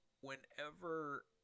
whenever